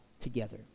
together